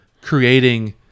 creating